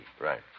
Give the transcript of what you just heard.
Right